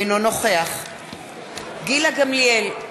אינו נוכח גילה גמליאל,